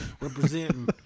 representing